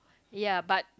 ya but